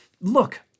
Look